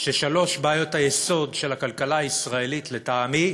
ששלוש בעיות היסוד של הכלכלה הישראלית, לטעמי,